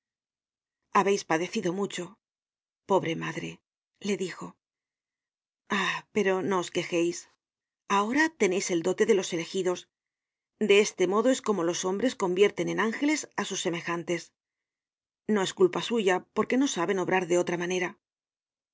habeis padecido mucho pobre madre le dijo oh no os quejeis ahora teneis el dote de los elegidos de este modo es como los hombres convierten en ángeles á sus semejantes no es culpa suya porque no saben obrar de otra manera